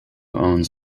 owns